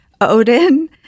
Odin